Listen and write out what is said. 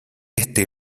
este